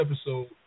episode